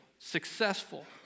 successful